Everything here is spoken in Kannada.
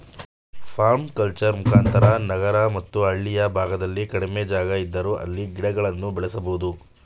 ಪರ್ಮಕಲ್ಚರ್ ಮುಖಾಂತರ ನಗರ ಮತ್ತು ಹಳ್ಳಿಯ ಭಾಗದಲ್ಲಿ ಕಡಿಮೆ ಜಾಗ ಇದ್ದರೂ ಅಲ್ಲಿ ಗಿಡಗಳನ್ನು ಬೆಳೆಸಬೋದು